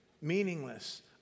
meaningless